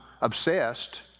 obsessed